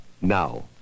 now